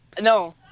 No